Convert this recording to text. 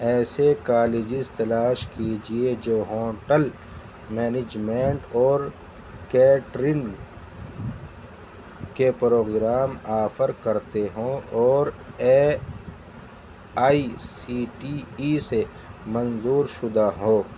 ایسے کالجز تلاش کیجیے جو ہوٹل مینجمنٹ اور کیٹرنگ کے پروگرام آفر کرتے ہوں اور A I C T E سے منظور شدہ ہو